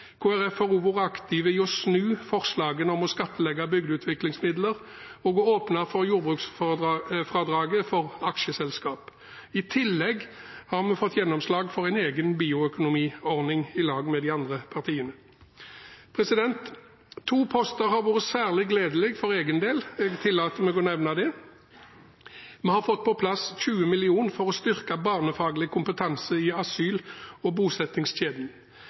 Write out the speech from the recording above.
Folkeparti har også vært aktiv i å snu forslagene om å skattlegge bygdeutviklingsmidler og å åpne for jordbruksfradrag for aksjeselskap. I tillegg har vi fått gjennomslag for en egen bioøkonomiordning i lag med de andre partiene. To poster har vært særlig gledelig for egen del, og jeg tillater meg å nevne det. Vi har fått på plass 20 mill. kr for å styrke barnefaglig kompetanse når det gjelder bosetting i asylkjeden. Fokus på barn og